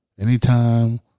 Anytime